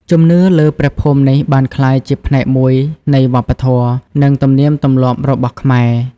ជំនឿលើព្រះភូមិនេះបានក្លាយជាផ្នែកមួយនៃវប្បធម៌ និងទំនៀមទម្លាប់របស់ខ្មែរ។